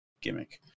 gimmick